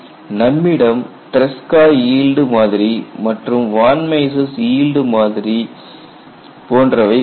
நம்மிடம் Tresca yield மாதிரி மற்றும் வான் மிசஸ் ஈல்டு மாதிரி போன்றவை உள்ளன